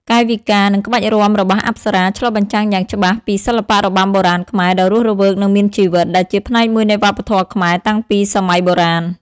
កាយវិការ និងក្បាច់រាំរបស់អប្សរា ឆ្លុះបញ្ចាំងយ៉ាងច្បាស់ពីសិល្បៈរបាំបុរាណខ្មែរដ៏រស់រវើក និងមានជីវិត ដែលជាផ្នែកមួយនៃវប្បធម៌ខ្មែរតាំងពីសម័យបុរាណ។